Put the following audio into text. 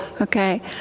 Okay